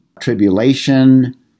tribulation